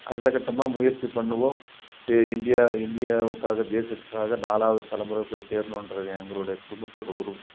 அடுத்த கட்டமாக முயற்சி பண்ணுவோம் சே இண்டியா இந்தியாவுக்காக தேசத்துக்காக நாலாவது தலைமுறை போய் சேர்ணுன்றது எங்களுடைய குடும்பத்தோடய ஒரு